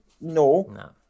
No